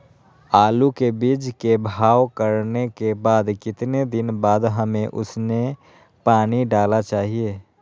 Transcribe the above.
आलू के बीज के भाव करने के बाद कितने दिन बाद हमें उसने पानी डाला चाहिए?